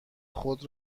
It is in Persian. خود